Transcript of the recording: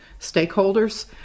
stakeholders